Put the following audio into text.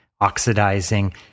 oxidizing